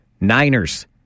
Niners